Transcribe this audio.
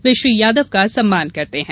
वे श्री यादव का सम्मान करते हैं